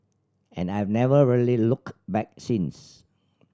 and I've never really looked back since